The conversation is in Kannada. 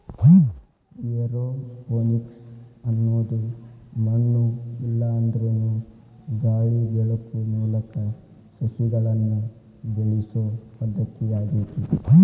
ಏರೋಪೋನಿಕ್ಸ ಅನ್ನೋದು ಮಣ್ಣು ಇಲ್ಲಾಂದ್ರನು ಗಾಳಿ ಬೆಳಕು ಮೂಲಕ ಸಸಿಗಳನ್ನ ಬೆಳಿಸೋ ಪದ್ಧತಿ ಆಗೇತಿ